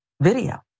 video